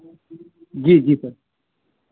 जी जी सर